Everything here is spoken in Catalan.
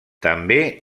també